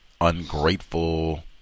Ungrateful